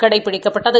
கடைபிடிக்கப்பட்டது